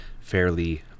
fairly